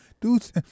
dudes